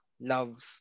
Love